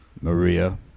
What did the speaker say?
Maria